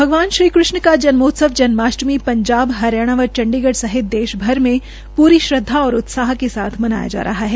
भगवान श्री कृष्ण का जन्मोत्सव जन्माष्टमी पंजाब हरियाणा व चंडीगढ़ सहित देशभर में पूरी श्रद्धा और उत्साह के साथ मनाया जा रहा है